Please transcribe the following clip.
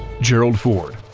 gerald ford